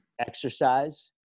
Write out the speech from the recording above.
exercise